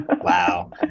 wow